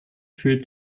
fühlt